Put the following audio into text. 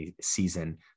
season